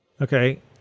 okay